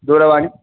दूरवाणीम्